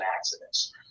accidents